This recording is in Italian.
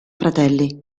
fratelli